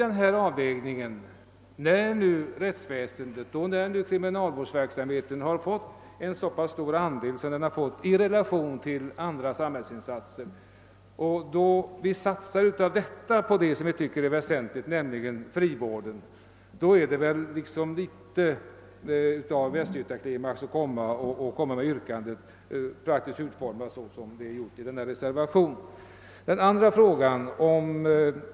Med den avvägning som gjorts, där rättsväsendet och alltså även kriminalvården har fått en så stor ökning av resurserna jämfört med andra samhällsområden och där satsningen har skett just på det område som vi anser vara det väsentligaste, nämligen frivården, innebär det väl något av en västgötaklimax att framföra ett sådant yrkande som man gjort i den reservationen.